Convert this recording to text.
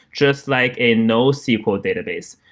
just like a nosql database,